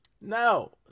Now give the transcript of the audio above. no